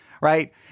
right